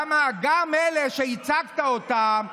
גם אלה שייצגת אותם,